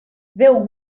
déu